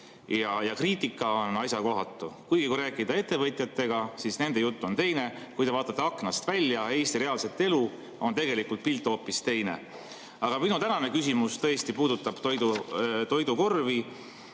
ja kriitika on asjakohatu. Kuigi, kui rääkida ettevõtjatega, siis nende jutt on teine. Kui te vaatate aknast välja Eesti reaalset elu, on pilt hoopis teine. Aga minu tänane küsimus tõesti puudutab toidukorvi